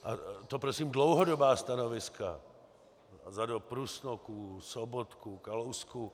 A to prosím dlouhodobá stanoviska za dob Rusnoků, Sobotků, Kalousků.